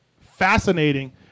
fascinating